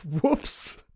Whoops